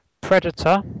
Predator